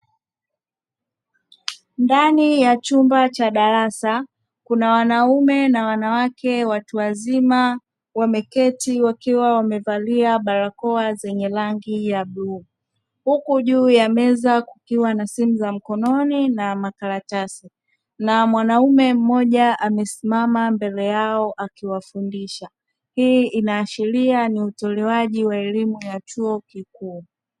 Ndani ya chumba cha darasa kuna wanaume na wanawake watu wazima wameketi wakiwa wamevalia barakoa zenye rangi ya bluu, huku juu ya meza kukiwa na simu za mkononi na makaratasi. Na mwanaume mmoja amesimama mbele yao akiwafundisha. Hii inaashiria ni utolewaji wa elimu ya chuo kikuu.